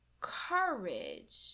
courage